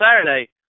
Saturday